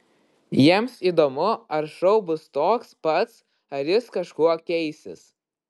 jiems įdomu ar šou bus toks pats ar jis kažkuo keisis